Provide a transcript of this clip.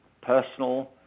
personal